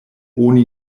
oni